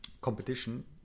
competition